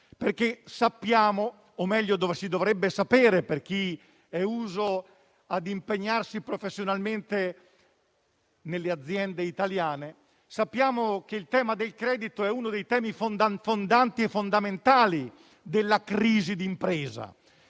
perché sappiamo - o, meglio, dovrebbe sapere chi è uso a impegnarsi professionalmente nelle aziende italiane - che il credito è uno dei temi fondanti e fondamentali della crisi d'impresa.